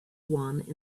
one